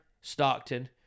Stockton